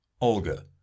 olga